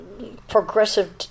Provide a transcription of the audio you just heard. Progressive